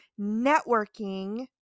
networking